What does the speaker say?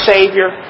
Savior